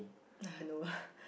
uh no